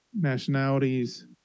nationalities